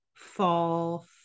fall